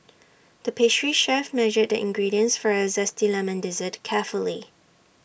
the pastry chef measured the ingredients for A Zesty Lemon Dessert carefully